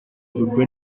urwo